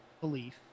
belief